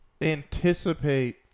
anticipate